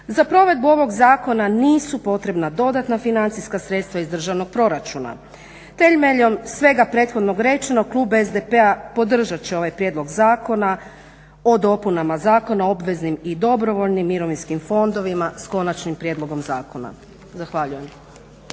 Za provedbu ovog zakona nisu potrebna dodatna financijska sredstva iz državnog proračuna. Temeljem svega prethodno rečenog klub SDP-a podržat će ovaj prijedlog Zakona o dopunama Zakona o obveznim i dobrovoljnim mirovinskim fondovima s konačnim prijedlogom zakona. Zahvaljujem.